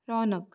रौनक